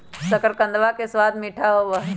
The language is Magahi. शकरकंदवा के स्वाद मीठा होबा हई